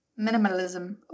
Minimalism